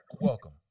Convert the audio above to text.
Welcome